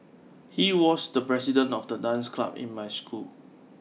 he was the president of the dance club in my school